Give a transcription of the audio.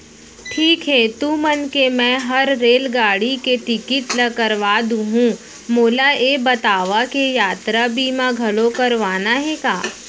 ठीक हे तुमन के मैं हर रेलगाड़ी के टिकिट ल करवा दुहूँ, मोला ये बतावा के यातरा बीमा घलौ करवाना हे का?